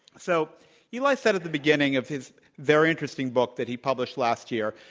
so eli said at the beginning of his very interesting book that he published last year,